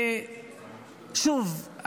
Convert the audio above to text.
ושוב,